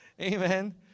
Amen